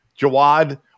Jawad